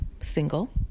single